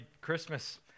christmas